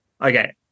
Okay